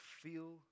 feel